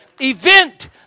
event